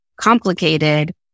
complicated